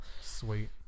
Sweet